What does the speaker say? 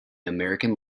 american